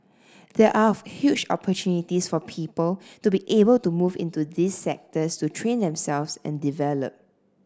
there are huge opportunities for people to be able to move into these sectors to train themselves and develop